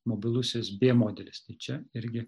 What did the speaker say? mobilusis bė modelis čia irgi